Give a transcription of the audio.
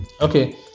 Okay